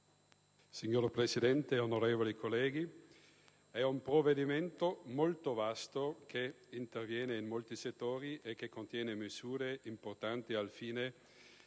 Signor Presidente, onorevoli colleghi, questo è un provvedimento molto vasto, che interviene in molti settori e contiene misure importanti al fine di determinare